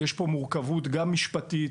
יש פה מורכבות משפטית,